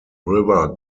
river